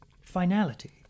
finality